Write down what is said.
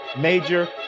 major